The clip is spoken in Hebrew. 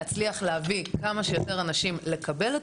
להצליח להביא כמה שיותר אנשים לקבל את